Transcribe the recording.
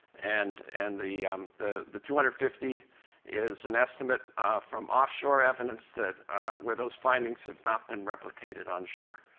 and and the um the the two hundred and fifty is an estimate from offshore evidence that where those findings have not been replicated on shore.